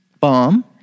bomb